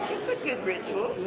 good ritual.